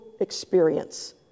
experience